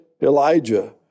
Elijah